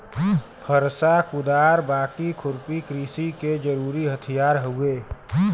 फरसा, कुदार, बाकी, खुरपी कृषि के जरुरी हथियार हउवे